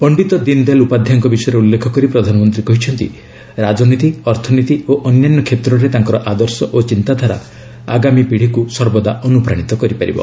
ପଣ୍ଡିତ ଦୀନ୍ ଦୟାଲ୍ ଉପାଧ୍ୟାୟଙ୍କ ବିଷୟରେ ଉଲ୍ଲେଖ କରି ପ୍ରଧାନମନ୍ତୀ କହିଛନ୍ତି ରାଜନୀତି ଅର୍ଥନୀତି ଓ ଅନ୍ୟାନ୍ୟ କ୍ଷେତ୍ରରେ ତାଙ୍କର ଆଦର୍ଶ ଓ ଚିନ୍ତାଧାରା ଆଗାମୀ ପିଢ଼ିକୁ ସର୍ବଦା ଅନୁପ୍ରାଣିତ କରିପାରିବ